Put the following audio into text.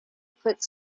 puts